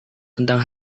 tentang